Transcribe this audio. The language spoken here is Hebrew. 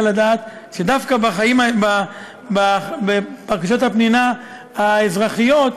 צריך לדעת שדווקא בבקשות החנינה האזרחיות,